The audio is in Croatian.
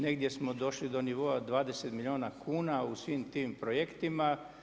Negdje smo došli do nivoa 20 milijuna kuna u svim tim projektima.